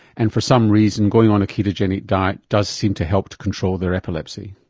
and for some reason going on a ketogenic diet does seem to help to control their epilepsy.